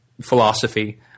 philosophy –